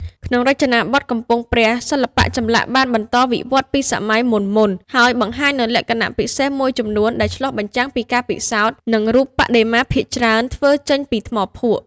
ក្នុងរចនាបថកំពង់ព្រះ សិល្បៈចម្លាក់បានបន្តវិវត្តន៍ពីសម័យមុនៗ ហើយបង្ហាញនូវលក្ខណៈពិសេសមួយចំនួនដែលឆ្លុះបញ្ចាំងពីការពិសោធន៍ និងរូបបដិមាភាគច្រើនធ្វើចេញពីថ្មភក់។។